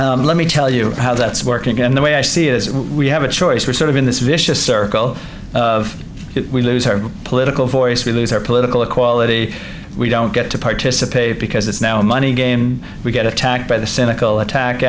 let me tell you how that's working and the way i see it is we have a choice we're sort of in this vicious circle of our political voice we lose our political equality we don't get to participate because it's now money again we get attacked by the cynical attack